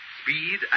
speed